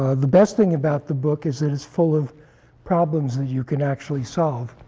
ah the best thing about the book is that it's full of problems that you can actually solve.